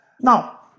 Now